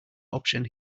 option